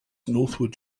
northwood